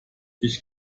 ich